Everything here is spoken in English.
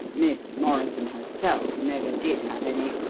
miss morrison herself never did have any,